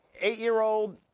Eight-year-old